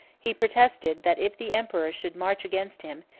he protested, that if the emperor should march against him,